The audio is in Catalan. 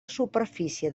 superfície